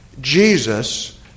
Jesus